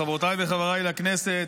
חברותיי וחבריי לכנסת,